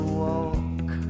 walk